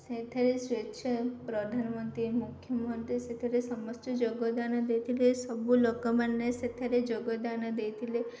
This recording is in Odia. ସେଠାରେ ପ୍ରଧାନମନ୍ତ୍ରୀ ମୁଖ୍ୟମନ୍ତ୍ରୀ ସେଥିରେ ସମସ୍ତେ ଯୋଗଦାନ ଦେଇଥିଲେ ସବୁ ଲୋକମାନେ ସେଠାରେ ଯୋଗଦାନ ଦେଇଥିଲେ